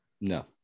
No